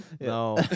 No